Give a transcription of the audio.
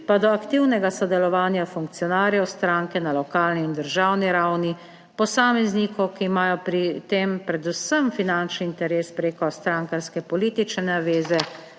pa do aktivnega sodelovanja funkcionarjev stranke na lokalni in državni ravni, posameznikov, ki imajo pri tem predvsem finančni interes preko strankarske politične naveze,